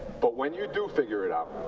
but when you do figure it out,